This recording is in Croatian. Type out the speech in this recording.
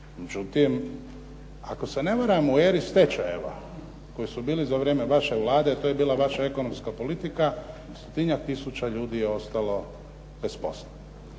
Međutim ako se ne varam u eri stečajeva koji su bili za vrijeme vaše Vlade, a to je bila vaša ekonomska politika, stotinjak tisuća ljudi je ostalo bez posla.